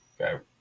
okay